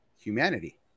humanity